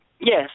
Yes